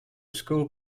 school